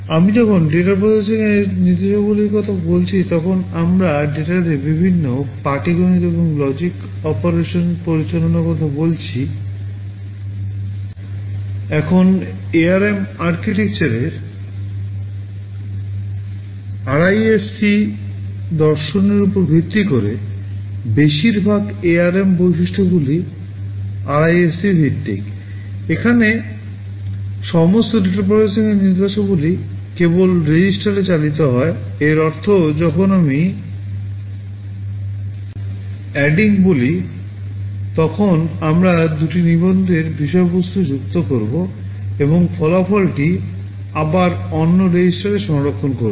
আমি যখন ডেটা প্রসেসিংয়ের নির্দেশাবলীর কথা বলছি তখন আমরা ডেটাতে বিভিন্ন পাটিগণিত নির্দেশাবলী কেবল রেজিস্টারে চালিত হয় এর অর্থ যখন আমি adding বলি তখন আমরা দুটি নিবন্ধের বিষয়বস্তু যুক্ত করব এবং ফলাফলটি আবার অন্য রেজিস্টারে সংরক্ষণ করব